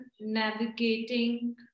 navigating